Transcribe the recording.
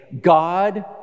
God